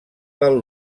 del